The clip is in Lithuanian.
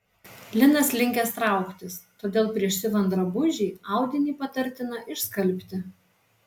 linas linkęs trauktis todėl prieš siuvant drabužį audinį patartina išskalbti